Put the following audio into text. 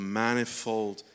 manifold